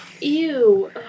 Ew